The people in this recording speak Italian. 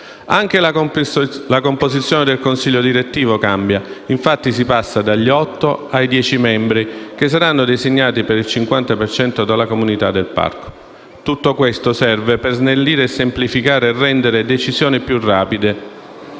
Anche la composizione del consiglio direttivo cambia: si passa, infatti, dagli otto ai dieci membri, che saranno designati per il 50 per cento dalla comunità del parco. Tutto questo serve per snellire, semplificare e rendere le decisioni più rapide